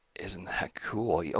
isn't that cool? you know